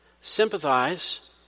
Sympathize